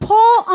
Paul